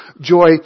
joy